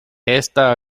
esta